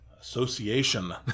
Association